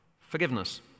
Forgiveness